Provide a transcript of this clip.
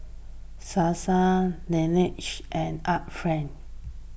Sasa Laneige and Art Friend